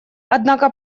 однако